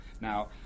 Now